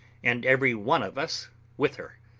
and every one of us with her.